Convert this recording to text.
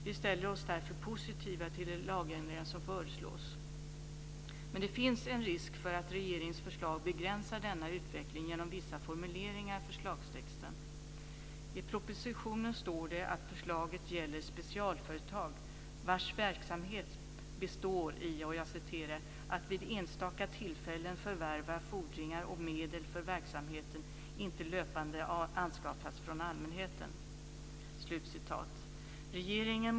Vi ställer oss därför positiva till de lagändringar som föreslås. Men det finns en risk för att regeringens förslag begränsar denna utveckling genom vissa formuleringar i förslagstexten. I propositionen står det att förslaget gäller specialföretag, vars verksamhet "består i att vid enstaka tillfällen förvärva fordringar och - medel för verksamheten inte löpande anskaffas från allmänheten".